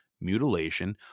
mutilation